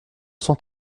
cent